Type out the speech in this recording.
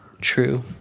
True